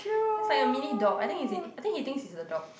it's like mini dog I think is it I think he think he's a dog